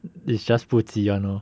it's just 不急 [one] lor